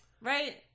right